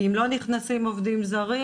כי אם לא נכנסים עובדים זרים,